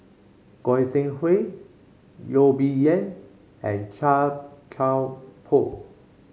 Goi Seng Hui Yo Bee Yen and Chia Thye Poh